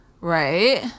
Right